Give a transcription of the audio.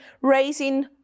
raising